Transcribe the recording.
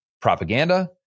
propaganda